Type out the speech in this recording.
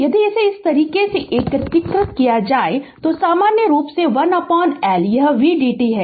यदि इसे इस तरह एकीकृत किया जाए तो सामान्य रूप से 1L यह v dt है